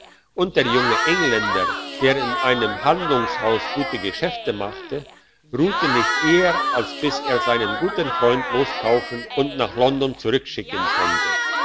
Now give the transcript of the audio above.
und der junge engländer der in einem handlungshaus gute geschäfte machte ruhte nicht eher als bis er seinen guten freund loskaufen und nach london zurückschicken konnte